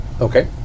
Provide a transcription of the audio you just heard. Okay